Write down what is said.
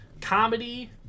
Comedy